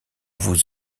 vous